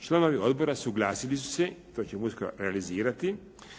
članovi odbora usuglasili su se, to ćemo uskoro realizirati,